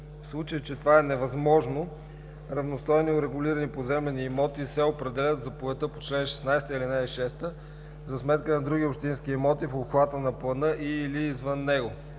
В случай че това е невъзможно, равностойни урегулирани поземлени имоти се определят в заповедта по чл. 16, ал. 6 за сметка на други общински имоти в обхвата на плана и/или извън него.